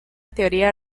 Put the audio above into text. teoría